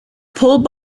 pulled